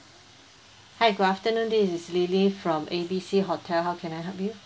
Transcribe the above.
hi good afternoon this is lily from A B C hotel how can I help you